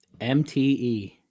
MTE